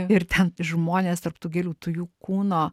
ir ten žmonės tarp tų gėlių tu jų kūno